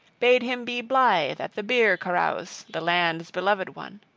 bade him be blithe at the beer-carouse, the land's beloved one.